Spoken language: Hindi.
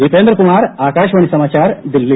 दीपेंद्र कुमार आकाशवाणी समाचार दिल्ली